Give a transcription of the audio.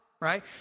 Right